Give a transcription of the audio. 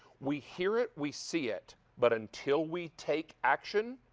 we hear it, we see it. but until we take action,